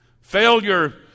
Failure